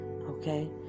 okay